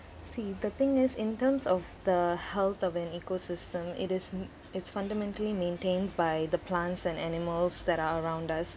see the thing is in terms of the health of an ecosystem it is it's fundamentally maintained by the plants and animals that are around us